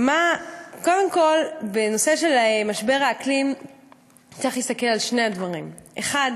קודם כול בנושא של משבר האקלים צריך להסתכל על שני הדברים: האחד,